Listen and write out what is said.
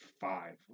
five